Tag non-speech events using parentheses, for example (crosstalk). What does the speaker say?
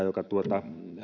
(unintelligible) joka